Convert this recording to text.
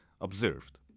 observed